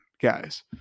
guys